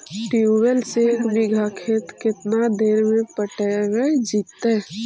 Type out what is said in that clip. Tubewell से एक बिघा खेत केतना देर में पटैबए जितै?